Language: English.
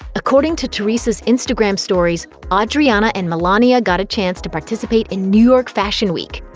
according to teresa's instagram stories, audriana and milania got a chance to participate in new york fashion week.